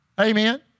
Amen